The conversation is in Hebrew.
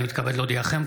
אני מתכבד להודיעכם,